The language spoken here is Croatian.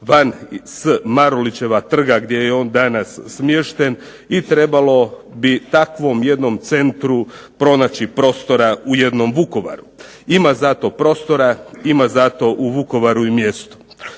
van s Marulićeva trga gdje je on danas smješten i trebalo bi takvom jednom centru pronaći prostora u jednom Vukovaru. Ima za to prostora, ima za to u Vukovaru i mjesto.